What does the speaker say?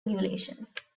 regulations